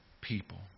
people